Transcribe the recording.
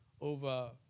over